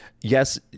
yes